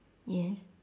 yes